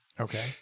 Okay